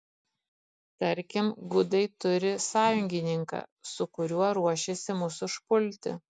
tarkim gudai turi sąjungininką su kuriuo ruošiasi mus užpulti